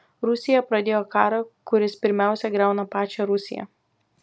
rusija pradėjo karą kuris pirmiausia griauna pačią rusiją